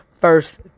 first